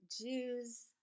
Jews